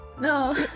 No